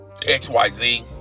XYZ